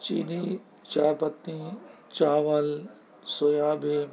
چینی چائے پتی چاول سویابین